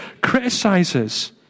criticizes